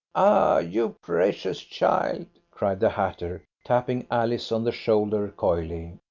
ah, you precocious child! cried the hatter, tapping alice on the shoulder coyly.